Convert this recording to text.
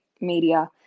media